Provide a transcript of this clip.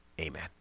amen